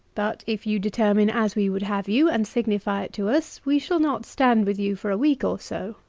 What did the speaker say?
but if you determine as we would have you, and signify it to us, we shall not stand with you for a week or so.